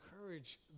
encourage